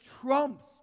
trumps